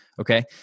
Okay